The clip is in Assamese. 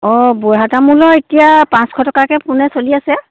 অ' বুঢ়া তামোলৰ এতিয়া পাঁচশ টকাকৈ পোণে চলি আছে